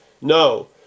No